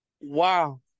Wow